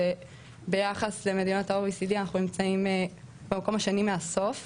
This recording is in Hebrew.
שביחס למדינות ה-oecd אנחנו נמצאים במקום השני מהסוף,